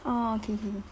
orh K K